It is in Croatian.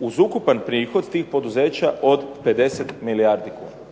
Uz ukupan prihod tih poduzeća od 50 milijardi kuna.